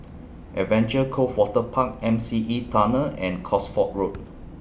Adventure Cove Waterpark M C E Tunnel and Cosford Road